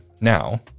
now